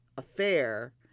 affair